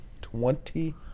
Twenty